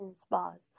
spas